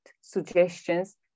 suggestions